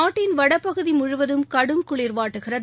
நாட்டின் வடபகுதி முழுவதம் கடும் குளிர் வாட்டுகிறது